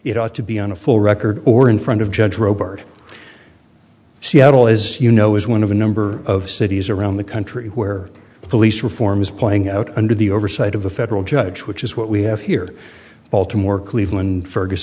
it ought to be on a full record or in front of judge robert seattle as you know is one of a number of cities around the country where police reform is playing out under the oversight of a federal judge which is what we have here baltimore cleveland fergus